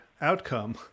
outcome—